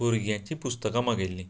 भुरग्यांची पुस्तकां मागयल्ली